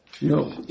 No